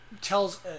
tells